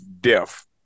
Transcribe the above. death